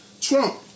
Trump